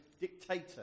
dictator